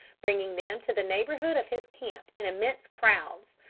bringing them to the neighbourhood of his camp in immense crowds,